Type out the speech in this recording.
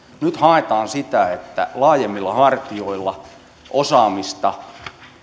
nyt haetaan sitä että laajemmilla hartioilla osaamista